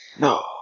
No